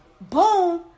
boom